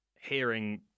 hearing